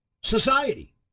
society